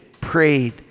prayed